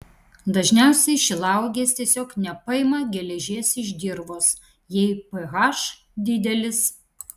dažniausiai šilauogės tiesiog nepaima geležies iš dirvos jei ph didelis